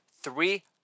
three